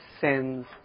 sins